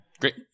Great